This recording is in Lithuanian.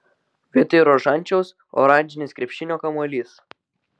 vietoj rožančiaus oranžinis krepšinio kamuolys